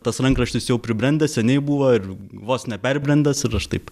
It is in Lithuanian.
tas rankraštis jau pribrendęs seniai buvo ir vos ne perbrendęs ir aš taip